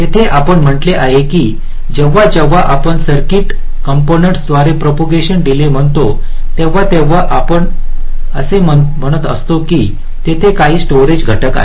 तेथे आपण म्हटले आहे की जेव्हा जेव्हा आपण सर्किट कॉम्पोनन्ट्स द्वारे प्रोपोगेशन डीले म्हणतो तेव्हातेव्हा आपण असे म्हणत असतो की तेथे काही स्टोरेज घटक आहेत